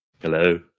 Hello